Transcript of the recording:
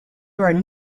are